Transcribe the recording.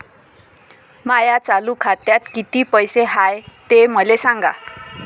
माया चालू खात्यात किती पैसे हाय ते मले सांगा